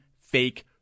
fake